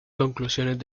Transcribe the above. conclusiones